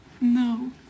No